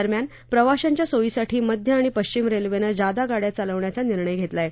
दरम्यान प्रवाशांच्या सोयीसाठी मध्य आणि पश्चिम रेल्वेनं जादा गाड्या चालवण्याचा निर्णय घेतला आहे